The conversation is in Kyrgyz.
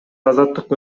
азаттык